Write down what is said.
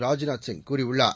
ராஜ்நாத் சிங் கூறியுள்ளார்